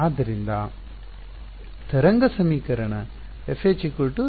ಆದ್ದರಿಂದ ತರಂಗ ಸಮೀಕರಣ FH 0 ಸರಿ